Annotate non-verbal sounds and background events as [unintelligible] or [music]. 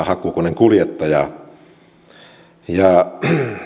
[unintelligible] hakkuukoneenkuljettajaa